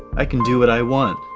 i can do what i want,